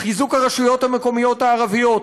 חיזוק הרשויות המקומיות הערביות,